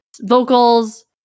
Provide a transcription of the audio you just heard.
vocals